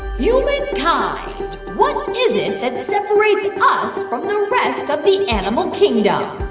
you know ah what is it that separates us from the rest of the animal kingdom?